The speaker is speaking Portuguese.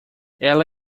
ela